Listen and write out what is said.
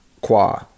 qua